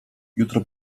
jutro